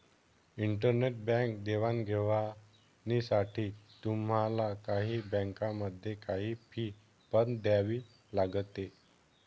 internet bank देवाणघेवाणीसाठी तुम्हाला काही बँकांमध्ये, काही फी पण द्यावी लागते